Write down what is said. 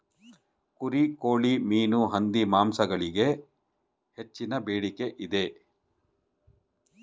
ಕುರಿ, ಕೋಳಿ, ಮೀನು, ಹಂದಿ ಮಾಂಸಗಳಿಗೆ ಹೆಚ್ಚಿನ ಬೇಡಿಕೆ ಇದೆ